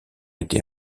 été